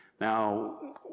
Now